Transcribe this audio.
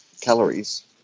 calories